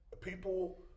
people